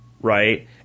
right